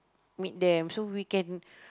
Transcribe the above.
meet them so we can